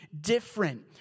different